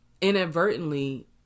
inadvertently